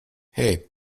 hey